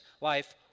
life